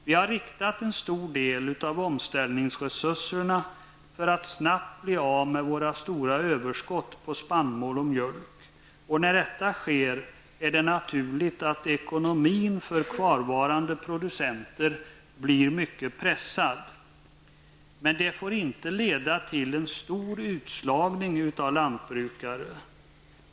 Vi har riktat en stor del av omställningsresurserna för att snabbt bli av med våra stora överskott på spannmål och mjölk. När detta sker är det naturligt att ekonomin för kvarvarande producenter blir mycket pressad. Detta får inte leda till en stor utslagning av lantbrukare.